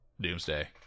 doomsday